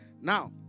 Now